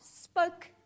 spoke